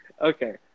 Okay